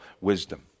wisdom